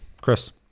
chris